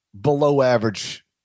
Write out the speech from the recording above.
below-average